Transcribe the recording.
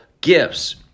gifts